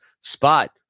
spot